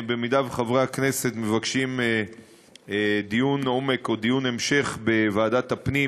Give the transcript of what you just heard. אם חברי הכנסת מבקשים דיון עומק או דיון המשך בוועדת הפנים